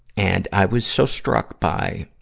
and i was so struck by